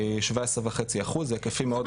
שבע עשרה וחצי, היקפים מאוד גדולים.